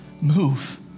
move